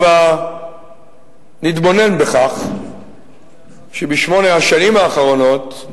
הבה נתבונן בכך שבשמונה השנים האחרונות,